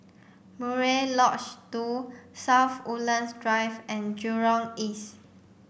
Murai two South Woodlands Drive and Jurong East